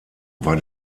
war